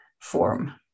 form